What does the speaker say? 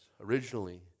originally